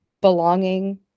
belonging